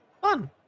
Fun